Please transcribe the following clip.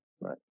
right